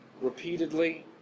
repeatedly